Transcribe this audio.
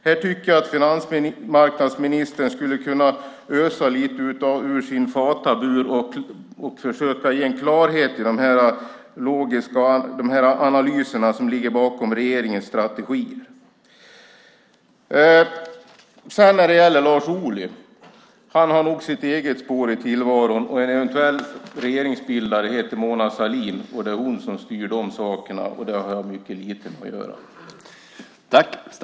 Jag tycker att finansmarknadsministern skulle kunna ösa ur sin fatabur och försöka ge klarhet i de analyser som ligger bakom regeringens strategi. Lars Ohly har nog sitt eget spår i tillvaron. En eventuell regeringsbildare heter Mona Sahlin. Det är hon som styr de sakerna. Det har jag mycket lite med att göra.